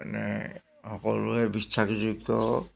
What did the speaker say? মানে সকলোৰে বিশ্বাসযোগ্য